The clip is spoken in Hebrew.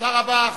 תודה רבה.